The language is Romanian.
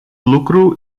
lucru